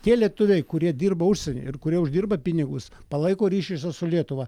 tie lietuviai kurie dirba užsieny ir kurie uždirba pinigus palaiko ryšį su lietuva